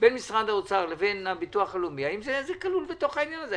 בין משרד האוצר לבין ביטוח לאומי והשאלה האם זה כלול בעניין הזה?